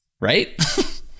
Right